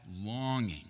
longing